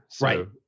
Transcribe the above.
Right